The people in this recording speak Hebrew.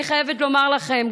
אני חייבת לומר לכם,